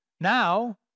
Now